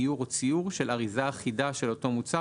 איור או ציור של אריזה אחידה של אותו מוצר,